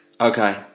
Okay